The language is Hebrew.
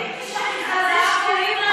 זה שקוראים לנו מחבלים,